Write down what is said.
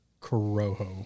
Corojo